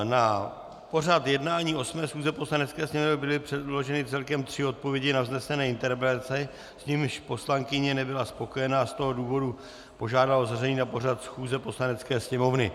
Na pořad jednání 8. schůze Poslanecké sněmovny byly předloženy celkem tři odpovědi na vznesené interpelace, s nimiž poslankyně nebyla spokojena, a z toho důvodu požádala o zveřejnění na pořad schůze Poslanecké sněmovny.